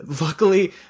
luckily